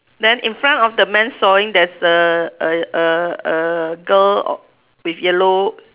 then in front of the man sawing there's a a a a girl with yellow